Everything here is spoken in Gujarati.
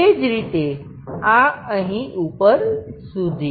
એ જ રીતે આ અહીં ઉપર સુધી